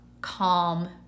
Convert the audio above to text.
calm